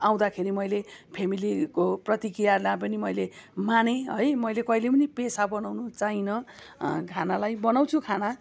आउँदाखेरि मैले फ्यामेलीको प्रतिक्रियालाई पनि मैले मानेँ है मैले कहिले्यै पनि पेसा बनाउनु चाहिनँ खानालाई बनाउँछु खाना